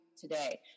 Today